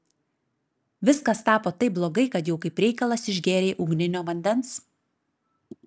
viskas tapo taip blogai kad jau kaip reikalas išgėrei ugninio vandens